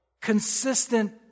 consistent